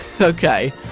Okay